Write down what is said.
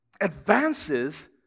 advances